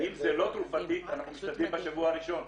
אם זה לא תרופתי אנחנו משתדלים בשבוע הראשון.